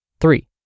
Three